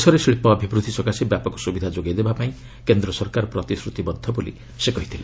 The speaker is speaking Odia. ଦେଶରେ ଶିଳ୍ପ ଅଭିବୃଦ୍ଧି ସକାଶେ ବ୍ୟାପକ ସୁବିଧା ଯୋଗାଇ ଦେବା ପାଇଁ କେନ୍ଦ୍ର ସରକାର ପ୍ରତିଶ୍ରତି ବଦ୍ଧ ବୋଲି ସେ କହିଥିଲେ